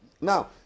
Now